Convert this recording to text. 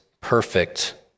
perfect